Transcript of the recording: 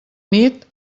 nit